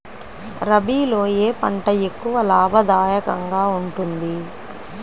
రబీలో ఏ పంట ఎక్కువ లాభదాయకంగా ఉంటుంది?